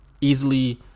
Easily